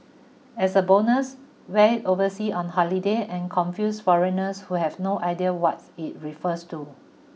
as a bonus wear oversea on holiday and confuse foreigners who have no idea what's it refers to